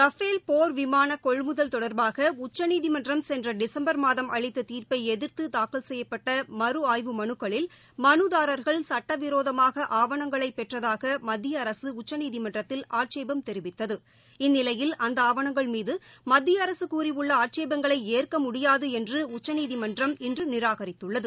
Rafale போர் விமானம் கொள்முதல் தொடர்பாக உச்சநீதிமன்றம் சென்ற டிசம்பர் மாதம் அளித்த தீர்ப்பை எதிர்த்து தாக்கல் செய்யப்பட்ட மறு ஆய்வு மனுக்களில் மனுதாரர்கள் சட்ட விரோதமாக ஆவணங்களை பெற்றதாக மத்திய அரசு உச்சநீதிமன்றத்தில் ஆட்சேபம் தெரிவித்தது இந்நிலையில் அந்த ஆவணங்கள் மீது மத்திய அரசு கூறியுள்ள ஆட்சேபங்களை ஏற்க முடியாது என்று உச்சநீதிமன்றம் அந்த மனுவை இன்று நிராகரித்துள்ளது